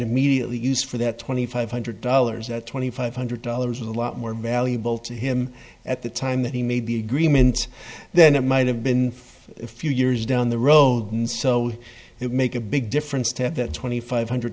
immediately used for that twenty five hundred dollars at twenty five hundred dollars a lot more valuable to him at the time that he made the agreement then it might have been a few years down the road and so it make a big difference to have that twenty five hundred